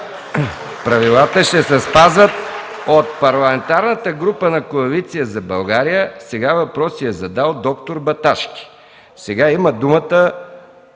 Правилата ще се спазват. От Парламентарната група на Коалиция за България въпроси е задал д-р Баташки. Сега има думата